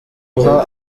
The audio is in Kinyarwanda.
uha